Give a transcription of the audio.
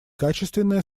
качественное